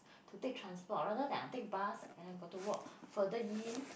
to take transport rather than I take bus and I got to walk further in